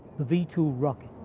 the v two rocket.